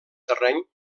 terreny